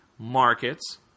Markets